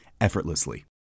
effortlessly